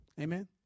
Amen